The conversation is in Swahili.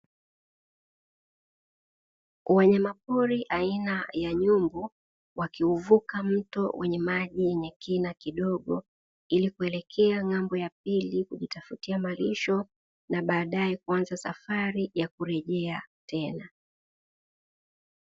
Wanyama pori aina ya nyumbu wakivuka mto wenye maji yenye kina kidogo ili kuelekea ng'ambo ya pili kujitafutia malisho na baadaye kuanza safari ya kurejea tena.